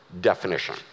definition